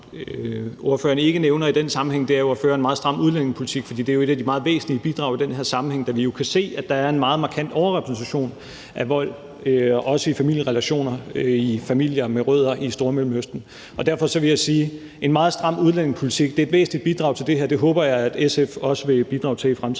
spørgeren ikke nævner i den sammenhæng, er at føre en meget stram udlændingepolitik, for det er et af de meget væsentlige bidrag i den her sammenhæng, da vi jo kan se, at der er en meget markant overrepræsentation af vold, også i familierelationer, i familier med rødder i Stormellemøsten. Derfor vil jeg sige, at en meget stram udlændingepolitik er et væsentligt bidrag til det her. Det håber jeg at SF også vil bidrage til i fremtiden.